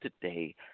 today